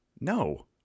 No